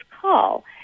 call